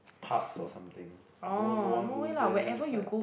parks or something you know no one goes there then is like